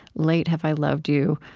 late have i loved you.